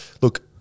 look